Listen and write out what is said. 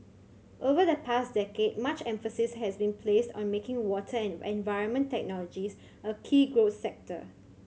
over the past decade much emphasis has been placed on making water and environment technologies a key growth sector